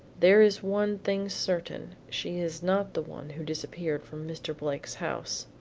there is one thing certain, she is not the one who disappeared from mr. blake's house.